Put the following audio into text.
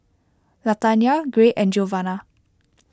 Latanya Gray and Giovanna